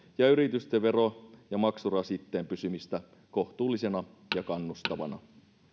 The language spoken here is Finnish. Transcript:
ja yritysten vero ja maksurasitteen pysymistä kohtuullisena ja kannustavana